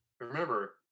Remember